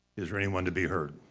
is there anyone to be heard?